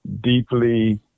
deeply